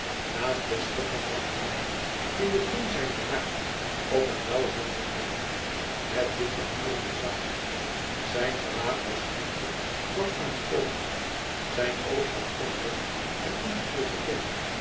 naast den schipper zat iemand in den bloei zijner jaren op een blauwen mantel neder met witte lieren bezaaid zijn gewaad was echter dat van een koopman zijn oog gaf onrust en ongeduld te kennen